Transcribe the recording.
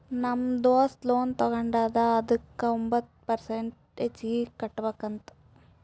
ನಮ್ ದೋಸ್ತ ಲೋನ್ ತಗೊಂಡಿದ ಅದುಕ್ಕ ಒಂಬತ್ ಪರ್ಸೆಂಟ್ ಹೆಚ್ಚಿಗ್ ಕಟ್ಬೇಕ್ ಅಂತ್